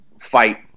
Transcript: fight